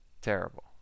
terrible